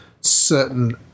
certain